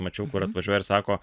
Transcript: mačiau kur atvažiuoja ir sako